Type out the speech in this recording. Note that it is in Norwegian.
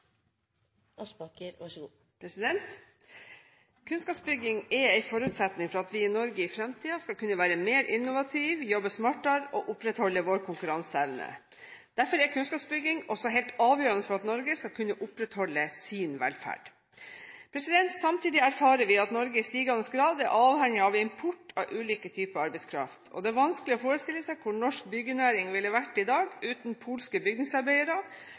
kunnskapsbygging også helt avgjørende for at Norge skal kunne opprettholde sin velferd. Samtidig erfarer vi at Norge i stigende grad er avhengig av import av ulike typer arbeidskraft. Det er vanskelig å forestille seg hvor norsk byggenæring ville vært i dag uten polske bygningsarbeidere,